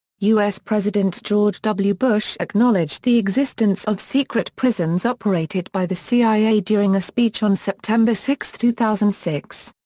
u s. president george w. bush acknowledged the existence of secret prisons operated by the cia during a speech on september six, two thousand and six.